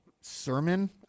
sermon